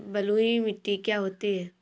बलुइ मिट्टी क्या होती हैं?